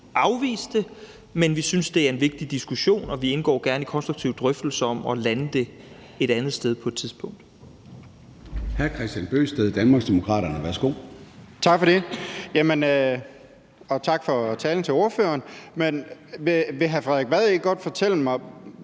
afvise det, men vi synes, det er en vigtig diskussion, og vi indgår gerne i konstruktive drøftelser om at lande det et andet sted på et tidspunkt.